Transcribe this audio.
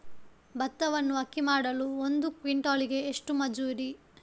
ಭತ್ತವನ್ನು ಅಕ್ಕಿ ಮಾಡಲು ಒಂದು ಕ್ವಿಂಟಾಲಿಗೆ ಎಷ್ಟು ಮಜೂರಿ?